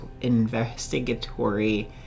investigatory